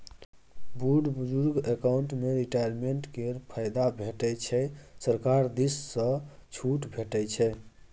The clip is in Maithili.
बुढ़ बुजुर्ग अकाउंट मे रिटायरमेंट केर फायदा भेटै छै सरकार दिस सँ छुट भेटै छै